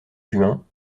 juin